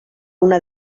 una